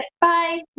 bye